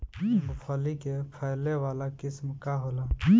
मूँगफली के फैले वाला किस्म का होला?